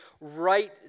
right